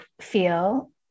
feel